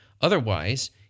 Otherwise